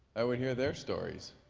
i would hear their stories.